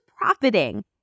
profiting